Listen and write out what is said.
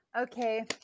Okay